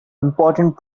important